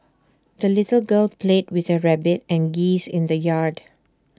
the little girl played with her rabbit and geese in the yard